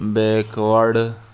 backward